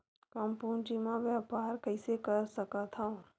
कम पूंजी म व्यापार कइसे कर सकत हव?